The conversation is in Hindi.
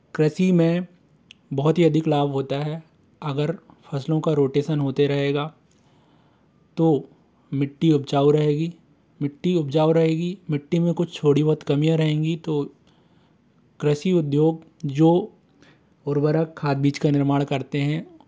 कृषि में बहुत ही अधिक लाभ होता है अगर फ़सलों का रोटेसन होते रहेगा तो मिट्टी उपजाऊ रहेगी मिट्टी उपजाऊ रहेगी मिट्टी में कुछ थोड़ी बहुत कमियाँ रहेंगी तो कृषि उद्योग जो उर्वरक खाद बीज का निर्माण करते हैं